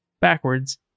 backwards